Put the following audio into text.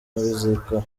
bizikora